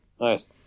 Nice